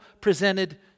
presented